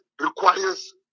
requires